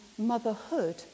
motherhood